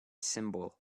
symbol